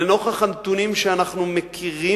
לנוכח הנתונים שאנחנו מכירים,